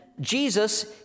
Jesus